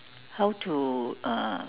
how to uh